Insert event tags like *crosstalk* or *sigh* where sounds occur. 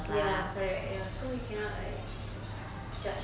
ya correct ya so we cannot like *noise* judge